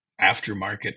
aftermarket